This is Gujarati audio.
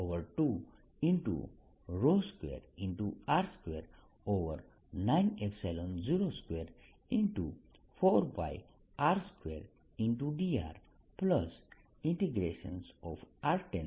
તો આને હું 0R022r2902